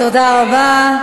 תודה רבה.